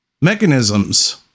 mechanisms